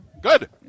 good